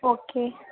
okay